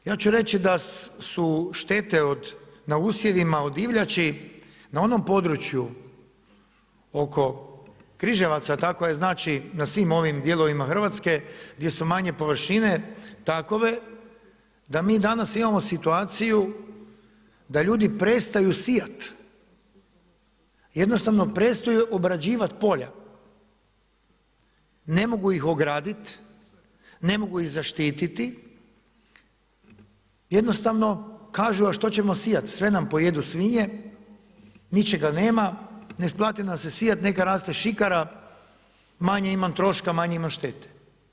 Ja ću reći da su štete od na usjevima od divljači na onom području oko Križevaca, tako je znači na svim ovim dijelovima Hrvatske gdje su manje površine takove da mi danas imamo situaciju da ljudi prestaju sijat, jednostavno prestaju obrađivat polja, ne mogu ih ogradit ne mogu ih zaštititi, jednostavno kažu a što ćemo sijat, sve nam pojedu svinje, ničega nema, ne isplati nam se sijat, neka raste šikara, manje imam troška, manje imam štete.